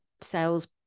sales